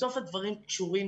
בסוף הדברים קשורים.